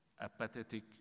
apathetic